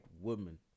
woman